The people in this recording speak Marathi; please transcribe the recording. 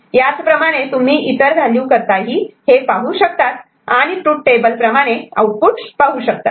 याचप्रमाणे तुम्ही इतर व्हॅल्यू करता पाहू शकतात आणि ट्रूथ टेबल प्रमाणे आउटपुट पाहू शकतात